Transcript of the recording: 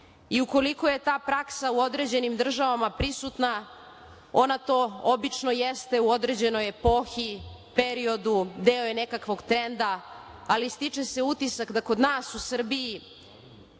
Ukoliko je ta praksa u određenim državama veoma prisutna ona to obično jeste u određenoj epohi, periodu, deo nekakvog trenda, ali stiče se utisak da kod nas u Srbiji